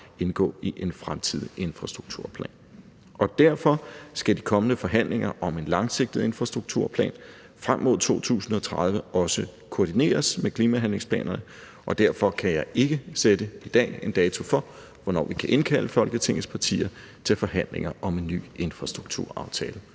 indgå i en fremtidig infrastrukturplan. Derfor skal de kommende forhandlinger om en langsigtet infrastrukturplan frem mod 2030 også koordineres med klimahandlingsplanerne, og derfor kan jeg i dag ikke sætte en dato for, hvornår vi kan indkalde Folketingets partier til forhandlinger om en ny infrastrukturaftale.